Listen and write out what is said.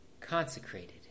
consecrated